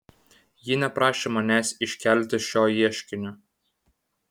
ji neprašė manęs iškelti šio ieškinio